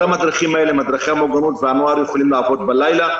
כל המדריכים האלה הם מדריכי --- והנוער יכולים לעבוד בלילה,